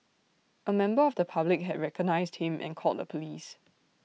A member of the public had recognised him and called the Police